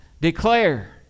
Declare